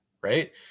right